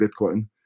Bitcoin